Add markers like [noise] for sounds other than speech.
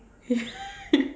[laughs]